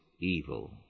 evil